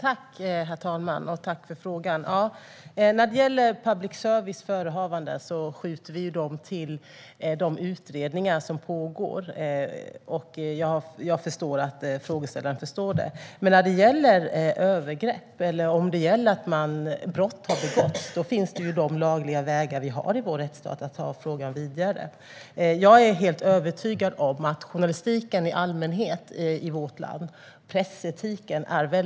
Herr talman! Tack, Lars Beckman, för frågan! Frågor om public service förehavanden hänskjuter vi till de utredningar som pågår. Jag vet att frågeställaren förstår det. Men när det gäller övergrepp eller att brott har begåtts finns det ju lagliga vägar i vår rättsstat att ta frågan vidare. Jag är helt övertygad om att journalistiken i allmänhet har en hög pressetik.